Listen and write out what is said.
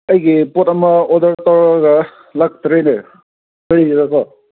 ꯑꯩꯒꯤ ꯄꯣꯠ ꯑꯃ ꯑꯣꯔꯗꯔ ꯇꯧꯔꯒ ꯂꯥꯛꯇ꯭ꯔꯦꯅꯦ ꯀꯔꯤꯒꯤꯔ ꯗꯣ